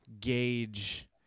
Gauge